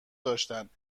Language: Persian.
داشتند